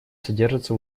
содержится